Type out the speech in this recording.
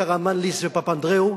קרמנליס ופפנדראו,